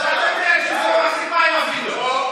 אתה יודע שהבעיה המרכזית היא הסכסוך הערבי,